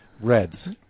reds